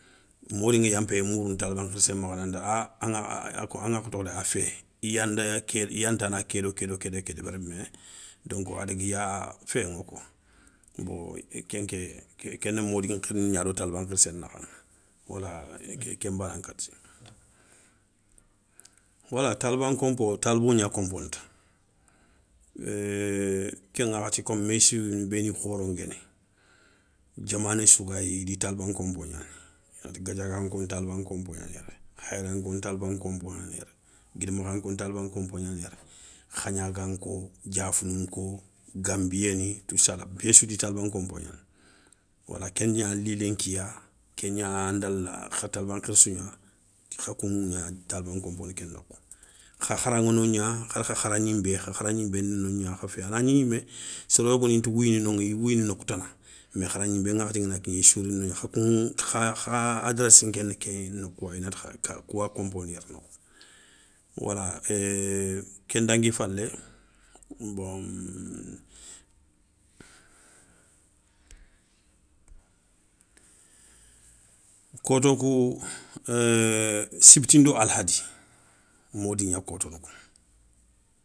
Modi ŋa yanpéyé mourouni taliba nkhirssé makha nanti a, a ŋakhé tokho dé a fé, i yanda ké i yanta na ké do ké do ké do ké do ké débéri mais donk a dagui ya féyé ŋa koi, bon nké nké kéni modi nkhirindé gna ado taliba nkhirssé nakha. Wala ken bana kati, wala taliba nkonpo talibo gna konponi ta ke ŋakhati kom meyssini béni khoron guéni, diamané sou gayi idi taliban nkonpo gnani, gadiaganko ntaliba nkonpo gnani yéré, hairanko ntaliban konpo gnani yéré. guidimakhan ko ntaliban konpo gnaani yéré, khagnaganko, diafounou nko, gambieni, toussala béssoudi taliba nkonpo gnani wala kégnali lenkiya, kégna ndala kha taliba nkhirssouya kha kou gna taliban konpo kenŋa. Kha kharaŋa nogna, khana kha khara gninbou, kha khara gninbé ni nogna khafé ana gni yimmé, soro yogoni nta wouyini noŋa, i ya wouyini nokhou tana mais khara gninbé ŋakhati ngana kigné issou rini nogna kha kouŋa, kha kha kha, adréssi nké nkéna ké nokhouwa inati kouwa konponi yéré. Wala éééé ken dangui falé bon koto kou sibiti ndo alhadi, modi gna kotona kouŋa.